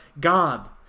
God